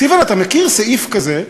סילבן, אתה מכיר סעיף כזה?